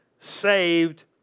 saved